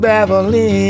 Beverly